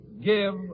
give